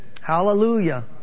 Hallelujah